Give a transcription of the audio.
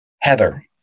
Heather